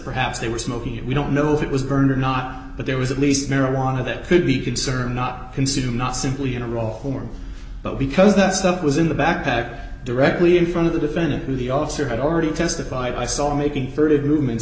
perhaps they were smoking we don't know if it was burned or not but there was at least marijuana that could be concern not consumed not simply in a roll form but because that stuff was in the backpack directly in front of the defendant who the officer had already testified i saw him making furtive movements